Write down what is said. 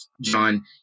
John